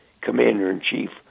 commander-in-chief